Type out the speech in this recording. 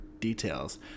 details